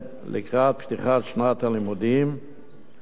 לקראת פתיחת שנת הלימודים תשע"ג,